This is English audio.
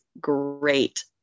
great